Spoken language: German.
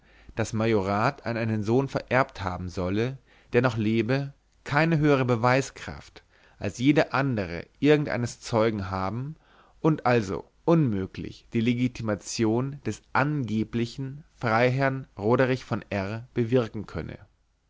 das majorat an einen sohn vererbt haben solle der noch lebe die keine höhere beweiskraft als jede andere irgendeines zeugen haben und also unmöglich die legitimation des angeblichen freiherrn roderich von r bewirken könne